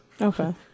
Okay